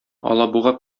алабуга